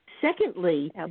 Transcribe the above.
Secondly